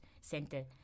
center